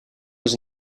was